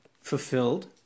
fulfilled